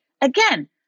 Again